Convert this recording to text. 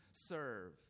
serve